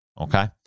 okay